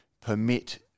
permit